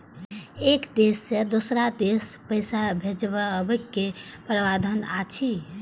एक देश से दोसर देश पैसा भैजबाक कि प्रावधान अछि??